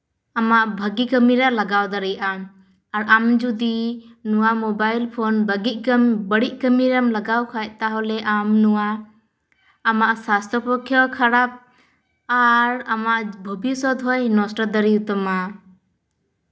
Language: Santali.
ᱟᱢᱟᱜ ᱵᱷᱟᱜᱮ ᱠᱟᱹᱢᱤᱨᱮ ᱞᱟᱜᱟᱣ ᱫᱟᱲᱮᱭᱟᱜᱼᱟ ᱟᱨ ᱟᱢ ᱡᱩᱫᱤ ᱱᱚᱣᱟ ᱢᱳᱵᱟᱭᱤᱞ ᱯᱷᱳᱱ ᱵᱟᱹᱜᱤ ᱠᱟᱢ ᱵᱟᱹᱲᱤᱡ ᱠᱟᱹᱢᱤ ᱨᱮᱢ ᱞᱟᱜᱟᱣ ᱠᱷᱟᱱ ᱛᱟᱦᱞᱮ ᱟᱢ ᱱᱚᱣᱟ ᱟᱢᱟᱜ ᱥᱟᱥᱛᱷᱚ ᱯᱚᱠᱠᱷᱮ ᱦᱚᱸ ᱠᱷᱟᱨᱟᱯ ᱟᱨ ᱟᱢᱟᱜ ᱵᱷᱚᱵᱤᱥᱥᱚᱛ ᱦᱚᱸᱭ ᱱᱚᱥᱴᱚ ᱫᱟᱲᱮᱭᱟᱛᱟᱢᱟ